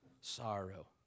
sorrow